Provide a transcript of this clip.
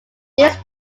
this